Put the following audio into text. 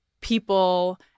people